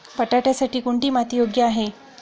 बटाट्यासाठी कोणती माती योग्य आहे?